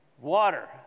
Water